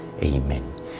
Amen